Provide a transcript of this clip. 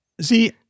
See